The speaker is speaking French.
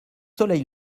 soleil